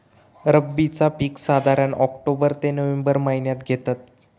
रब्बीचा पीक साधारण ऑक्टोबर ते नोव्हेंबर महिन्यात घेतत